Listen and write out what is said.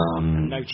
No